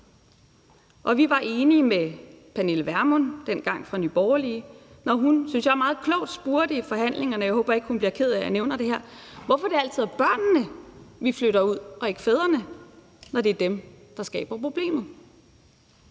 Og vi var enige med Pernille Vermund, dengang fra Nye Borgerlige, når hun, syntes jeg, meget klogt spurgte i forhandlingerne, og jeg håber ikke, hun bliver ked af, at jeg nævner det her, hvorfor det altid er børnene, vi flytter ud, og ikke fædrene, når det er dem, der skaber problemet.